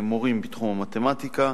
מורים בתחום המתמטיקה.